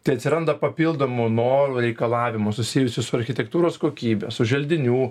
tai atsiranda papildomų norų reikalavimų susijusių su architektūros kokybe su želdinių